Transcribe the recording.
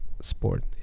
sport